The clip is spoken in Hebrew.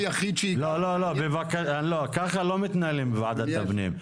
לא, ככה לא מתנהגים בוועדת הפנים.